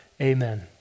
amen